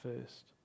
first